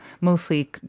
mostly